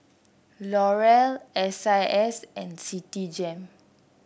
L'Oreal S I S and Citigem